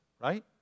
right